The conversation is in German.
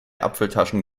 apfeltaschen